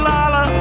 Lala